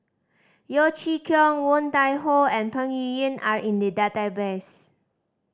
Yeo Chee Kiong Woon Tai Ho and Peng Yuyun are in the database